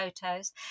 photos